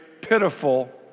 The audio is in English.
pitiful